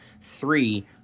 Three